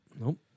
Nope